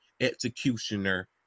executioner